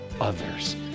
others